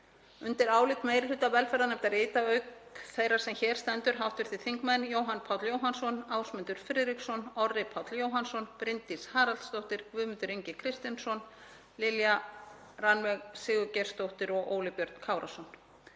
Undir álit meiri hluta velferðarnefndar rita auk þess sem hér stendur hv. þingmenn Jóhann Páll Jóhannsson, Ásmundur Friðriksson, Orri Páll Jóhannsson, Bryndís Haraldsdóttir, Guðmundur Ingi Kristinsson, Lilja Rannveig Sigurgeirsdóttir og Óli Björn Kárason.